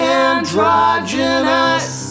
androgynous